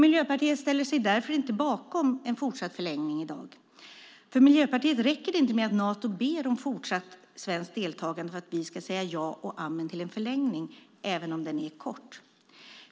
Miljöpartiet ställer sig därför inte bakom en fortsatt förlängning. För Miljöpartiet räcker det inte med att Nato ber om fortsatt svenskt deltagande för att vi ska säga ja och amen till en förlängning, även om den är kort.